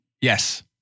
Yes